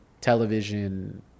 television